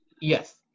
Yes